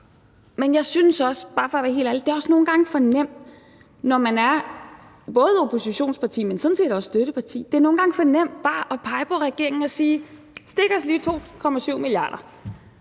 Men jeg synes også – bare for at være helt ærlig – at det nogle gange er for nemt, når man er både oppositionsparti, men sådan set også støtteparti. Det er nogle gange for nemt bare at pege på regeringen og sige: Stik os lige 2,7 mia. kr.